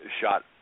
shot